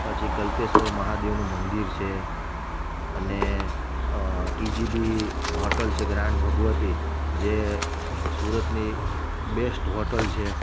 પછી ગલતેશ્વર મહાદેવનું મંદિર છે અને ટીજીબી હોટલ છે ગ્રાન્ડ ભગવતી જે સુરતની બેસ્ટ હોટલ છે